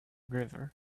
river